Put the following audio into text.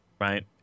right